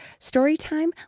Storytime